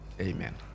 Amen